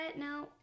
no